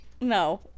no